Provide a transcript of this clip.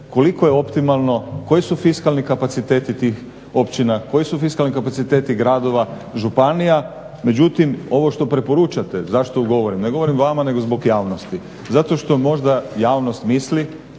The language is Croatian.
Koliko je optimalno? Koji su fiskalni kapaciteti tih općina? Koji su fiskalni kapaciteti gradova, županija? Međutim ovo što preporučate, zašto govorim, ne govorim vama nego zbog javnosti, zato što možda javnost misli